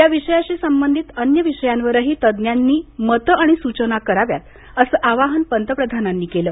या विषयाशी संबंधित अन्य विषयांवरही तज्ञांनी मतं आणि सूचना कराव्यात असं आवाहन पंतप्रधानांनी केलं